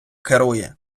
керує